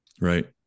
Right